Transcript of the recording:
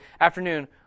afternoon